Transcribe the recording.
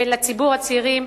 וציבור הצעירים,